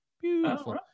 Beautiful